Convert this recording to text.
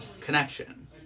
connection